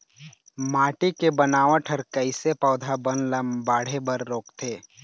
माटी के बनावट हर कइसे पौधा बन ला बाढ़े बर रोकथे?